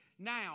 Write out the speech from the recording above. Now